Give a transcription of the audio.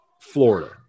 Florida